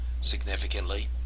significantly